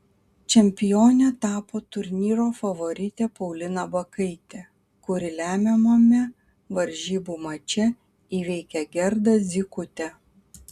čempione tapo turnyro favoritė paulina bakaitė kuri lemiamame varžybų mače įveikė gerdą zykutę